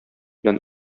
белән